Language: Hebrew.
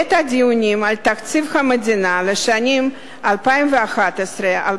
בעת הדיונים על תקציב המדינה לשנים 2011 2012